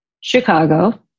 Chicago